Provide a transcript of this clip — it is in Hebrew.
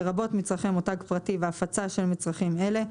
לרבות מצרכי מותג פרטי והפצה של מצרכים אלה,